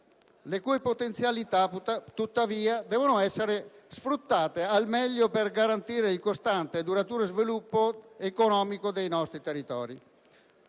le cui potenzialità tuttavia devono essere sfruttate al meglio per garantire il costante e duraturo sviluppo economico dei nostri territori.